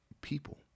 people